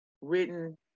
written